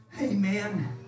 Amen